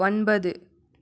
ஒன்பது